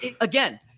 again